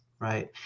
Right